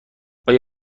آیا